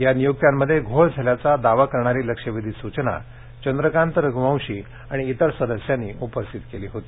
या नियुक्त्यांमध्ये घोळ झाल्याचा दावा करणारी लक्षवेधी सूचना चंद्रकांत रघूवंशी आणि इतर सदस्यांनी उपस्थित केली होती